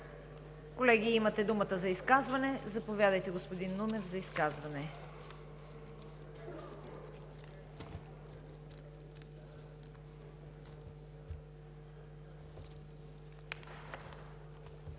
Колеги, имате думата за изказване. Заповядайте, господин Нунев, за изказване.